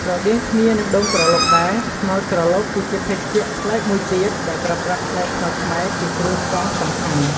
ស្រដៀងគ្នានឹងដូងក្រឡុកដែរ ត្នោតក្រឡុកគឺជាភេសជ្ជៈប្លែកមួយទៀត ដែលប្រើប្រាស់ផ្លែត្នោតខ្មែរជាគ្រឿងផ្សំសំខាន់។